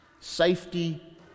Safety